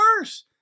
worse